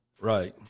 Right